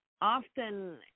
often